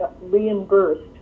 reimbursed